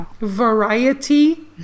variety